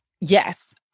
yes